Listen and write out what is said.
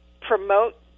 promote